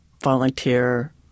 volunteer